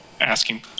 asking